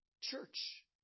church